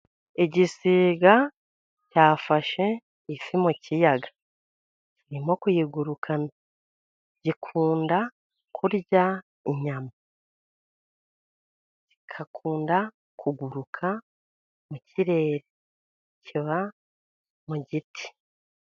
Igisiga cyafashe ifi mu kiyaga, ni nko kuyigurukana gikunda kurya inyama, gikunda kuguruka mu kirere kiba mu giti.